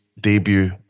debut